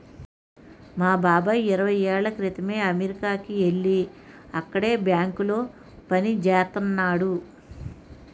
మా బాబాయి ఇరవై ఏళ్ళ క్రితమే అమెరికాకి యెల్లి అక్కడే బ్యాంకులో పనిజేత్తన్నాడు